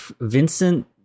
Vincent